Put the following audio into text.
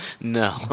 no